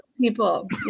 people